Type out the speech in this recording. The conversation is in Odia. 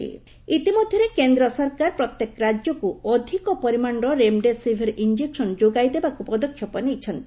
ରେମ୍ଡେସିଭିର୍ ଇତିମଧ୍ୟରେ କେନ୍ଦ୍ର ସରକାର ପ୍ରତ୍ୟେକ ରାଜ୍ୟକୁ ଅଧିକ ପରିମାଣର ରେମ୍ଡେସିଭିର୍ ଇଞ୍ଜେକ୍ସନ ଯୋଗାଇ ଦେବାକୁ ପଦକ୍ଷେପ ନେଇଛନ୍ତି